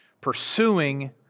Pursuing